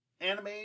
anime